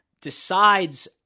decides